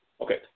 Okay